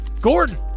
Gordon